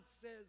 says